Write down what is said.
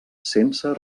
sense